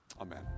Amen